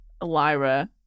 lyra